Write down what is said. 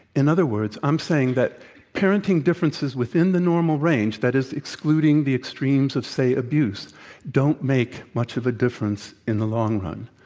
in other words, i'm saying that parenting differences within the normal range that is, excluding the extremes of, say, abuse don't make much of a difference in the long run,